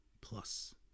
plus